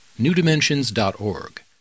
newdimensions.org